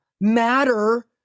Matter